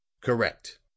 Correct